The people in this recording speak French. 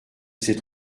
ces